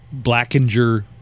Blackinger